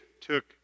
took